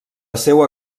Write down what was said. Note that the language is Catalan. seua